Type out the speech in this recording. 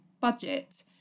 budget